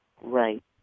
Right